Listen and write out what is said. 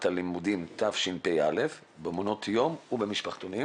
הלימודים תשפ"א במעונות יום ובמשפחתונים.